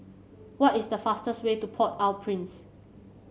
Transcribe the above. what is the fastest way to Port Au Prince